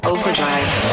Overdrive